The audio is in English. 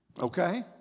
Okay